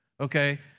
Okay